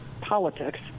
politics